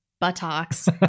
buttocks